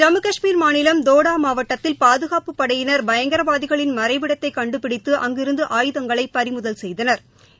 ஜம்மு கஷ்மீர் மாநிலம் டோடா மாவட்டத்தில் பாதுகாப்புப் படையினர் பயங்கரவாதிகளின் மறைவிடத்தை கண்டுபிடித்து அங்கிருந்து ஆயுதங்களை பறிமுதல் செய்தனா்